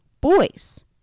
boys